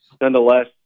nonetheless